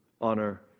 honor